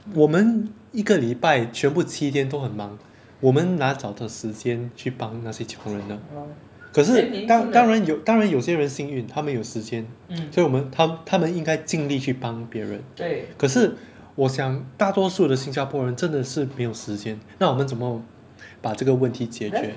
我们一个礼拜全部期间都很忙我们哪找的时间去帮那些穷人呢可是当当然有当然有些人幸运他们有时间所以我们他他们应该尽力去帮别人可是我想大多数的新加坡人真的是没有时间那我们怎么把这个问题解决